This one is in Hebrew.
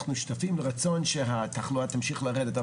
אנחנו שותפים לרצון שהתחלואה תמשיך לרדת.